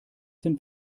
sind